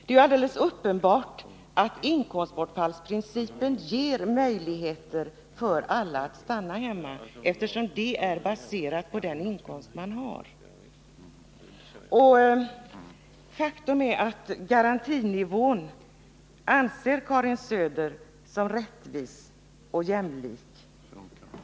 Det är alldeles uppenbart att inkomstbortfallsprincipen ger möjligheter för alla att stanna hemma, eftersom ersättningen då baseras på den inkomst man har. Karin Söder anser att garantinivån är rättvis och jämlik.